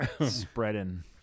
spreading